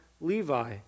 Levi